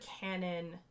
canon